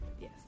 Yes